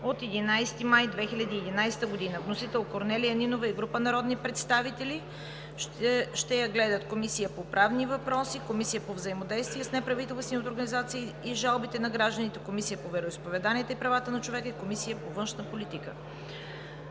от 11 май 2011 г.?“. Вносители са Корнелия Нинова и група народни представители. Разпределен е на Комисията по правни въпроси, Комисията по взаимодействието с неправителствените организации и жалбите на гражданите, Комисията по вероизповеданията и правата на човека и Комисията по външна политика.